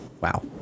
Wow